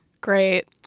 Great